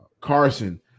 Carson